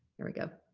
here we go.